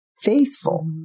faithful